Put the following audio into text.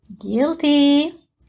Guilty